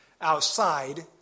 outside